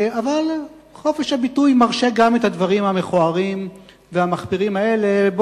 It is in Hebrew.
אבל חופש הביטוי מרשה גם את הדברים המכוערים והמחפירים האלה.